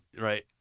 Right